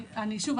שוב,